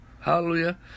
Hallelujah